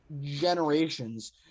generations